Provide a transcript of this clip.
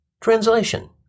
Translation